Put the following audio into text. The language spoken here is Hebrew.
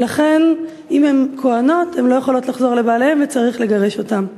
ולכן אם הן כוהנות הן לא יכולות לחזור לבעליהן וצריך לגרש אותן.